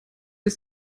ist